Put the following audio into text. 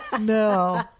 No